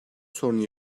sorunu